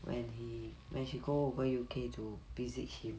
when he when she go over U_K to visit him